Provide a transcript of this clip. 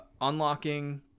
unlocking